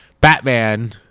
Batman